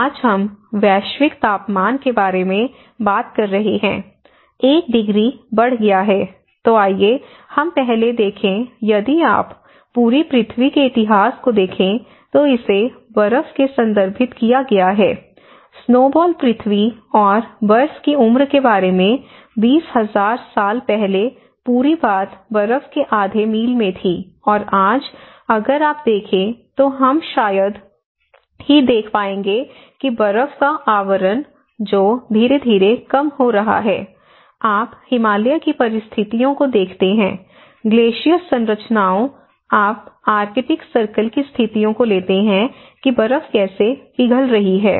आज हम वैश्विक तापमान के बारे में बात कर रहे हैं 1 डिग्री बढ़ गया है तो आइए हम पहले देखें यदि आप पूरी पृथ्वी के इतिहास को देखें तो इसे बर्फ से संदर्भित किया गया है स्नोबॉल पृथ्वी और बर्फ की उम्र के बारे में 20000 साल पहले पूरी बात बर्फ के आधे मील में थी और आज अगर आप देखें तो हम शायद ही देख पाएंगे कि बर्फ का आवरण जो धीरे धीरे कम हो रहा है आप हिमालय की परिस्थितियों को देखते हैं ग्लेशियर संरचनाओं आप आर्कटिक सर्कल की स्थितियों को लेते हैं कि बर्फ कैसे पिघल रही है